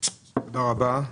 תודה רבה.